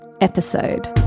episode